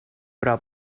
però